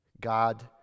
God